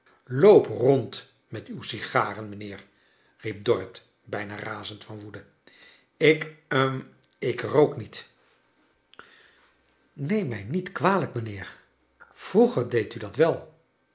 loop rond met uw sigaren mijnheer riep dorrit bijna razend van woede ik hm ik rook niet neem mij niet kwalijk mijnheer vroeger deedt u dat wel